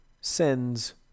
sends